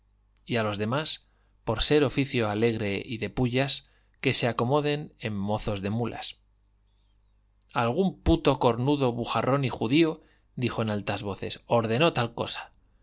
y a los demás por ser oficio alegre y de pullas que se acomoden en mozos de mulas algún puto cornudo bujarrón y judío dijo en altas vocesordenó tal cosa